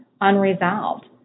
unresolved